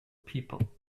people